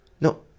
No